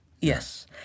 Yes